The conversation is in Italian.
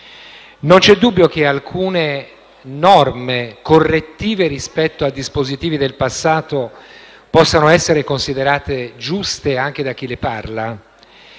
Non vi è dubbio che alcune norme correttive rispetto a dispositivi del passato possano essere considerate giuste anche da chi le parla.